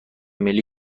ملی